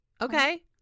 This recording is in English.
Okay